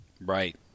Right